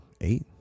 eight